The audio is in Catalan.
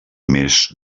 més